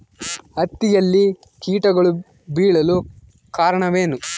ಹತ್ತಿಯಲ್ಲಿ ಕೇಟಗಳು ಬೇಳಲು ಕಾರಣವೇನು?